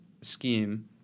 scheme